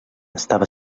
estava